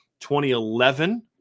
2011